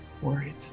worried